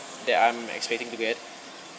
that I'm expecting to get